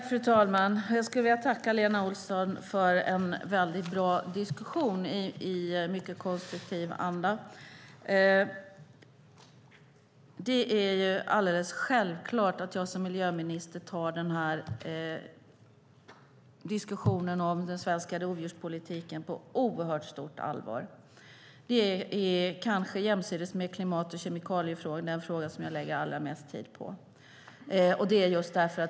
Fru talman! Jag skulle vilja tacka Lena Olsson för en väldigt bra diskussion i en mycket konstruktiv anda. Det är alldeles självklart att jag som miljöminister tar diskussionen om den svenska rovdjurspolitiken på oerhört stort allvar. Det är kanske jämsides med klimat och kemikaliefrågorna den fråga jag lägger allra mest tid på.